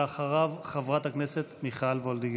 ואחריו, חברת הכנסת מיכל וולדיגר.